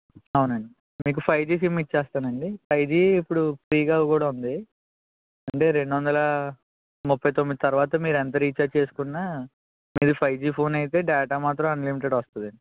అవునండి మీకు five G SIM ఇస్తాను అండి ఫైవ్ జీ ఇప్పుడు ఫ్రీగా కూడా ఉంది అంటే రెండు వందల ముప్పై తొమ్మిది తర్వాత మీరు ఎంత రిచార్జ్ చేసుకున్న మీది ఫైవ్ జీ ఫోన్ అయితే డేటా మాత్రం అన్లిమిటెడ్ వస్తుంది